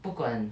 不管